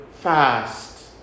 fast